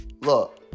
Look